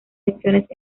lecciones